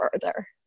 further